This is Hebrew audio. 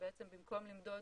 ובעצם במקום למדוד